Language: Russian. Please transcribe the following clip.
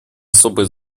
особое